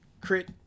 crit